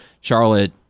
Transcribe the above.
Charlotte